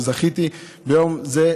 על שזכיתי ביום זה,